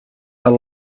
are